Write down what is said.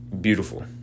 beautiful